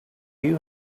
you